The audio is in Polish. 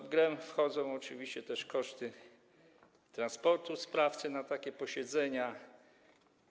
W grę wchodzą oczywiście też koszty transportu sprawcy na takie posiedzenie.